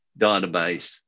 database